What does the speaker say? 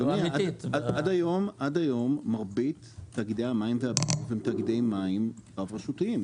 עד היום, מרבית תאגידי המים רב-רשותיים.